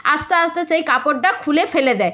আস্তে আস্তে সেই কাপড়টা খুলে ফেলে দেয়